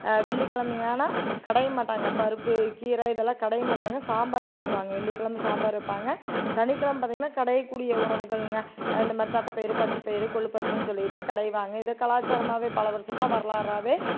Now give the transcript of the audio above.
வெள்ளிக்கிழமை ஆனால் கடைய மாட்டாங்க பருப்பு கீரை இதெல்லாம் கடைய மாட்டாங்க சாம்பார் வச்சிடுவாங்க வெள்ளிக்கெழமை சாம்பார் வைப்பாங்க சனிக்கெழமை பார்த்திங்கனா கடையக்கூடிய உணவுகளுங்க அந்தமாதிரி தட்டைப்பயிறு பச்சை பயிறு கொள்ளு பருப்புன்னு சொல்லிட்டு கடைவாங்க இதை கலாச்சாரமாகவே பல வருஷமாக வரலாறாகவே